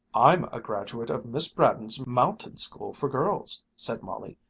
i'm a graduate of miss braddon's mountain school for girls, said molly,